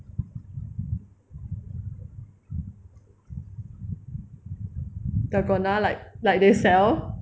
dalgona like like they sell